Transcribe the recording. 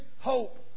hope